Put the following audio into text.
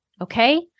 okay